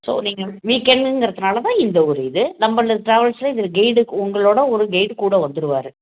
so நீங்கள் week எண்டுங்குறத்துனால தான் இந்த ஒரு இது நம்பளுது ட்ராவல்ஸில் இதில் கெய்டு உங்களோட ஒரு கெய்டு கூட வந்துருவார்